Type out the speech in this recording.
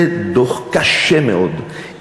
זה דוח קשה מאוד,